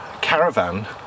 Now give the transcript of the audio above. Caravan